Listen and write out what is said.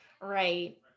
Right